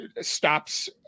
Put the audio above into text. stops